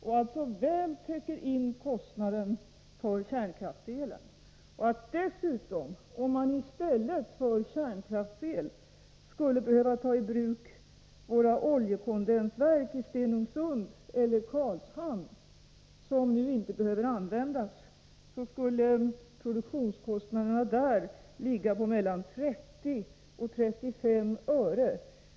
Det täcker alltså väl in kostnaden för kärnkraftselen. Dessutom: Om man i stället för kärnkraftsel skulle behöva ta i bruk våra oljekondensverk i Stenungsund eller i Karlshamn, vilka nu inte behöver användas, skulle produktionskostnaderna där ligga på 30-35 öre.